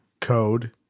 code